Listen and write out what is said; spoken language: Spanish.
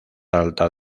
alta